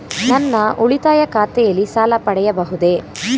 ನನ್ನ ಉಳಿತಾಯ ಖಾತೆಯಲ್ಲಿ ಸಾಲ ಪಡೆಯಬಹುದೇ?